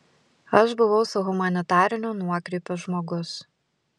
aš buvau su humanitariniu nuokrypiu žmogus